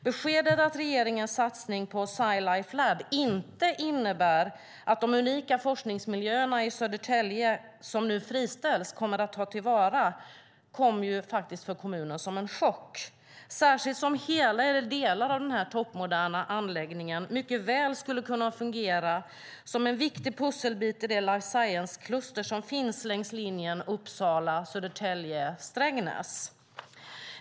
Beskedet att regeringens satsning på Sci Life Lab inte innebär att de unika forskningsmiljöerna i Södertälje, som nu friställs, kommer att tas till vara kommer faktiskt som en chock för kommunen, särskilt som hela eller delar av den här toppmoderna anläggningen mycket väl skulle kunna fungera som en viktig pusselbit i det life science-kluster som finns längs linjen Uppsala-Södertälje-Strängnäs.